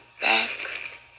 back